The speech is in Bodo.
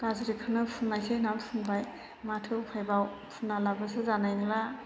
गाज्रिखौनो फुननायसै होननानै फुनबाय माथो उफायबाव फुनालाबोथ' जानाय नंला